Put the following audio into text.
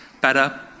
better